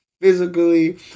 physically